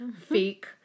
fake